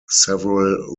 several